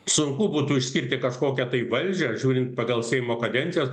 sunku būtų išskirti kažkokią tai valdžią žiūrint pagal seimo kadencijas